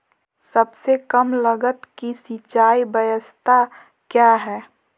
सबसे कम लगत की सिंचाई ब्यास्ता क्या है?